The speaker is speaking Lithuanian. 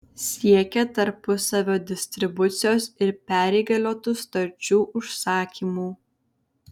siekia tarpusavio distribucijos ir perįgaliotų sutarčių užsakymų